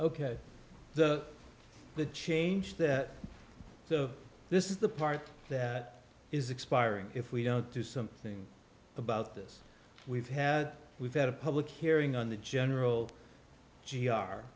ok the the change that so this is the part that is expiring if we don't do something about this we've had we've had a public hearing on the general g